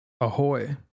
Ahoy